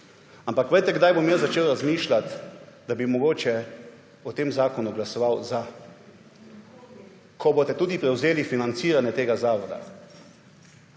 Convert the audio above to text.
Ampak, veste, kdaj bom jaz začel razmišljati, da bi mogoče o tem zakonu glasoval za? Ko boste tudi prevzeli financiranje tega zavoda.